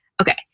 Okay